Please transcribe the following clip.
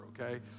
okay